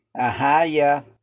Ahaya